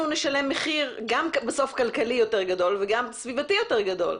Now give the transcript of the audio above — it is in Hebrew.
אנחנו נשלם מחיר כלכלי יותר גדול וגם סביבתי יותר גדול.